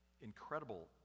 incredible